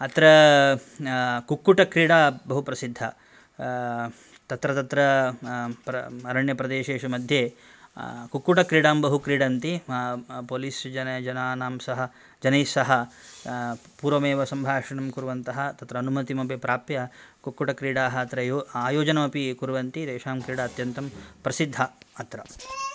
अत्र कुक्वटक्रीडा बहु प्रसिद्धा तत्र तत्र आरण्यप्रदेशेषु मध्ये कुक्वटक्रीडां बहु क्रीडन्ति पुलिस् जनानां सह जनैः सह पूर्वमेव सम्भाषणं कुर्वन्तः तत्र अनुमतिमपि प्राप्य कुक्वटक्रीडाः अत्र यो आयोजनमपि कुर्वन्ति तेषां क्रीडा अत्यन्तं प्रसिद्धाः अत्र